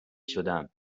شدم